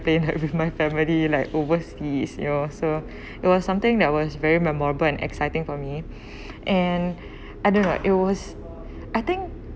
playing like with my family like overseas you know so it was something that was very memorable and exciting for me and I don't know it was I think